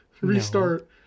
restart